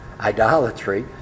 idolatry